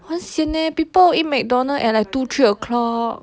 我很 sian leh people want to eat mcdonald's at like two three o'clock